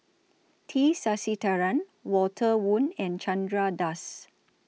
T Sasitharan Walter Woon and Chandra Das